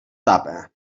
tapa